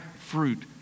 fruit